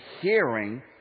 hearing